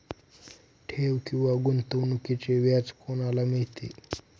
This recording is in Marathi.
ठेव किंवा गुंतवणूकीचे व्याज कोणाला मिळते?